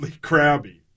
crabby